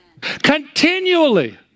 continually